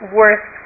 worth